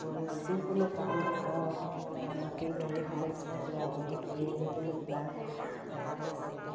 মই যিকোনো কাম মাটি বাৰীৰ সমস্যাৰপৰা আদি কৰি যিকোনো কিবা এখন কাগজপত্ৰ